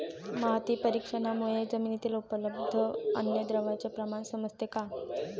माती परीक्षणामुळे जमिनीतील उपलब्ध अन्नद्रव्यांचे प्रमाण समजते का?